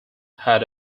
had